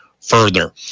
further